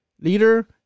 leader